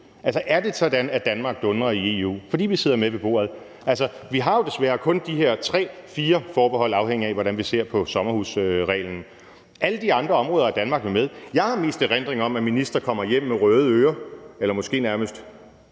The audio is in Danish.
Altså, er det sådan, at Danmark dundrer i EU, fordi vi sidder med ved bordet? Vi har jo desværre kun de her tre-fire forbehold, afhængigt af hvordan vi ser på sommerhusreglen. På alle de andre områder er Danmark jo med. Jeg har mest erindring om, at ministre kommer hjem med røde ører eller måske nærmest